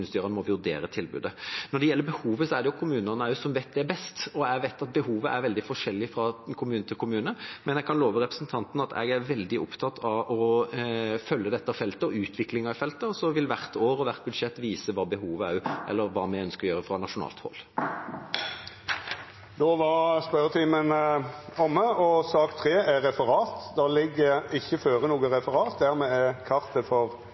som vet det best, og jeg vet at behovet er veldig forskjellig fra kommune til kommune. Men jeg kan love representanten at jeg er veldig opptatt av å følge dette feltet og utviklingen i feltet, og så vil hvert år og hvert budsjett vise hva vi ønsker å gjøre fra nasjonalt hold. Den ordinære spørjetimen er dermed omme. Det ligg ikkje føre noko referat.